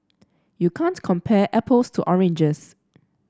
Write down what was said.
you can't compare apples to oranges